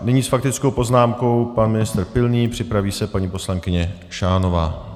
Nyní s faktickou poznámkou pan ministr Pilný, připraví se paní poslankyně Šánová.